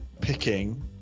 picking